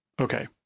okay